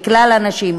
לכלל הנשים,